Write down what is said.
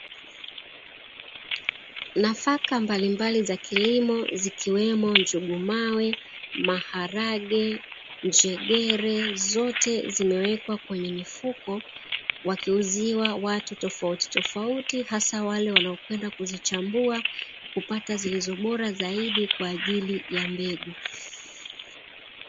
Nafaka mbalimbali za kilimo zikiwemo njugumawe, maharage, njegere zote zimewekwa kwenye mifuko, wakiuziwa watu tofautitofauti hasa wale wanaokwenda kuzichambua, kupata zilizo bora zaidi kwa ajili ya mbegu.